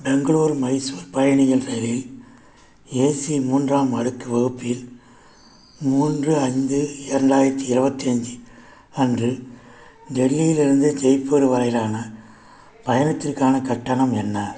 பெங்களூர் மைசூர் பயணிகள் ரயிலில் ஏசி மூன்றாம் அடுக்கு வகுப்பில் மூன்று ஐந்து இரண்டாயிரத்தி இருபத்தி அஞ்சு அன்று டெல்லியிலிருந்து ஜெய்ப்பூர் வரையிலான பயணத்திற்கான கட்டணம் என்ன